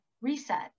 reset